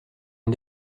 ont